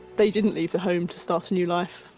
they didn't leave the home to start a new life,